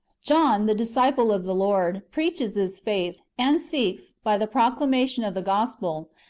john, the disciple of the lord, preaches this faith, and seeks, by the proclamation of the gospel,